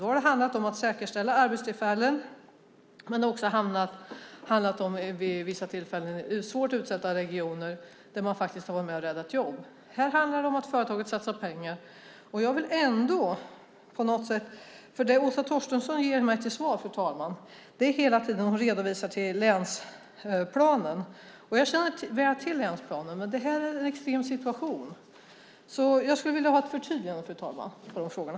Då har det handlat om att säkerställa arbetstillfällen, men det har också handlat om, vid vissa tillfällen, svårt utsatta regioner där man faktiskt har varit med och räddat jobb. Här handlar det om att företaget satsar pengar. Fru talman! I sitt svar hänvisar Åsa Torstensson till länsplanen. Jag känner väl till länsplanen, men det här är en extrem situation, så jag skulle vilja ha ett förtydligande, fru talman, vad gäller de frågorna.